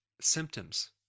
symptoms